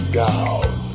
down